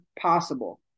possible